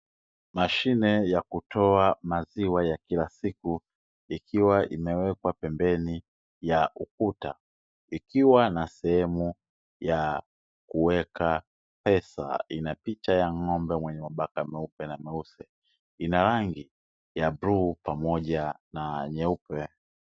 Mashine ya kutoa maziwa ya kila siku, ikiwa imewekwa pembeni ya ukuta, ikiwa na sehemu ya kuweka pesa. Ina picha ya ng'ombe mwenye mabaka meupe na meusi. Ina rangi ya bluu pamoja na nyeupe.